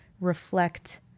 reflect